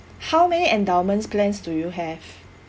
how many endowments plans do you have